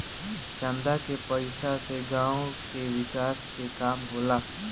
चंदा के पईसा से गांव के विकास के काम होला